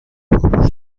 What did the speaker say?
پاپوش